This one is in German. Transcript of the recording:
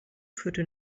führte